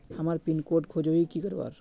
हमार pin code खोजोही की करवार?